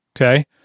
Okay